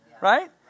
Right